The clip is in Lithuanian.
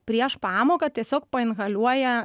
prieš pamoką tiesiog painhaliuoja